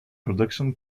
production